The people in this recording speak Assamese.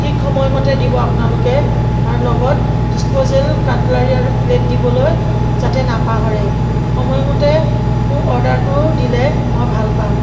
ঠিক সময়মতে দিব আপোনালোকে আৰু লগত ডিস্পজেল কাটলাৰি আৰু প্লেট দিবলৈ যাতে নাপাহৰে সময়মতে মোৰ অৰ্ডাৰটো দিলে মই ভাল পাম